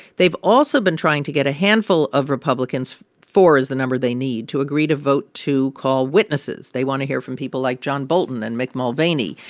they've also been trying to get a handful of republicans four is the number they need to agree to vote to call witnesses. they want to hear from people like john bolton and mick mulvaney.